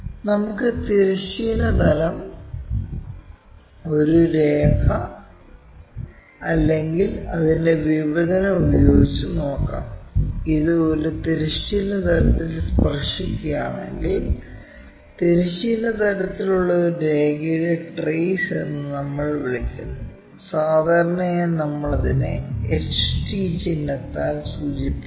നമുക്ക് തിരശ്ചീന തലം ഒരു രേഖ അല്ലെങ്കിൽ അതിന്റെ വിഭജനം ഉപയോഗിച്ച് നോക്കാം ഇത് ഒരു തിരശ്ചീന തലത്തിൽ സ്പർശിക്കുകയാണെങ്കിൽ തിരശ്ചീന തലത്തിലുള്ള ഒരു രേഖയുടെ ട്രെയ്സ് എന്ന് നമ്മൾ വിളിക്കുന്നു സാധാരണയായി നമ്മൾ അതിനെ HT ചിഹ്നത്താൽ സൂചിപ്പിക്കുന്നു